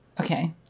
okay